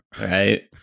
Right